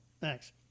Thanks